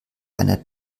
einer